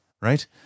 right